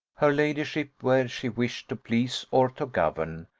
her ladyship, where she wished to please or to govern,